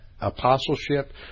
apostleship